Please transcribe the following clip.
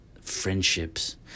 friendships